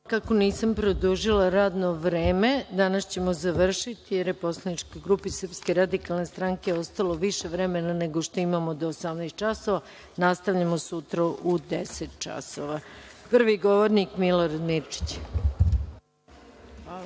nisam produžila radno vreme, danas ćemo završiti, jer je poslaničkoj grupi Srpske radikalne stranke ostalo više vremena nego što imamo do 18,00 časova. Nastavljamo sutra u 10,00 časova. Prvi govornik je Milorad Mirčić.